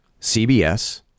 CBS